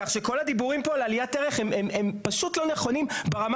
כך שכל הדיבורים פה על עליית ערך הם פשוט לא נכונים ברמה